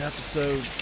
Episode